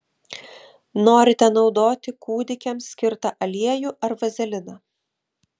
norite naudoti kūdikiams skirtą aliejų ar vazeliną